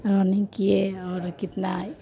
running किए और कितना